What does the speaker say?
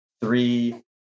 three